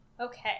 Okay